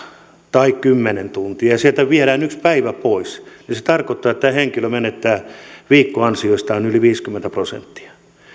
tai kymmenen tuntia kun sieltä viedään yksi päivä pois niin se tarkoittaa että tämä henkilö menettää viikkoansioistaan yli viisikymmentä prosenttia